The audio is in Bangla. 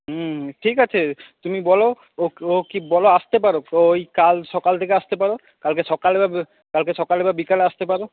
হুম ঠিক আছে তুমি বলো ও ও কি বলো আসতে পারো ওই কাল সকালের দিকে আসতে পারো কালকে সকালে কালকে সকালে বা বিকালে আসতে পারো